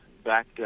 back